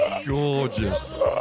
Gorgeous